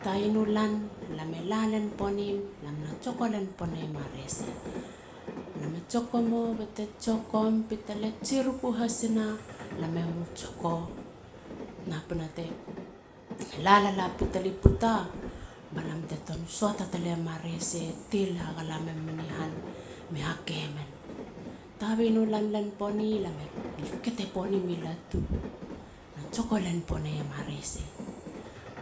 Tayinu lan. lame la len ponim. lam na tsoko len ponim a rese. lam e tsoko mo bete tsokom. pitale tsiruku hasina. lame mu tsoko. Napina te la lala pitali puta. ba lam te tuan suata talei muma rese. tel hagala memen ni han. me hakemen. Tabinu lan len poni. lame kete ponim i latu. Na tsoko len poneiema rese.